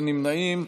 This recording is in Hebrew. אין נמנעים.